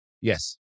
Yes